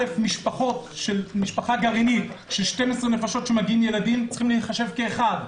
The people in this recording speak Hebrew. משפחה גרעינית של 12 נפשות שמגיעה עם הילדים צריכה להיחשב כאחד.